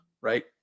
right